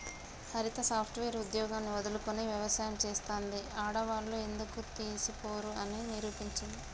హరిత software ఉద్యోగాన్ని వదులుకొని వ్యవసాయం చెస్తాంది, ఆడవాళ్లు ఎందులో తీసిపోరు అని నిరూపించింది